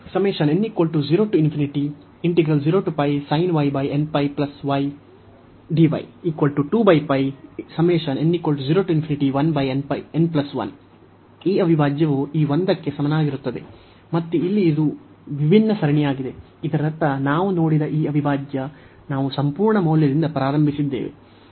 ಈ ಅವಿಭಾಜ್ಯವು ಈ 1 ಕ್ಕೆ ಸಮನಾಗಿರುತ್ತದೆ ಮತ್ತು ಇಲ್ಲಿ ಇದು ವಿಭಿನ್ನ ಸರಣಿಯಾಗಿದೆ ಇದರರ್ಥ ನಾವು ನೋಡಿದ ಈ ಅವಿಭಾಜ್ಯ ನಾವು ಸಂಪೂರ್ಣ ಮೌಲ್ಯದಿಂದ ಪ್ರಾರಂಭಿಸಿದ್ದೇವೆ